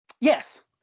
Yes